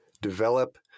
develop